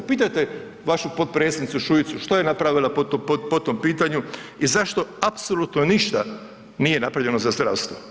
Pitajte vašu potpredsjednicu Šuicu što je napravila po tom pitanju i zašto apsolutno ništa nije napravljeno zdravstvo?